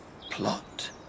Plot